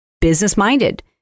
business-minded